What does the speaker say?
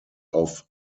auf